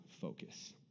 focus